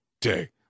Day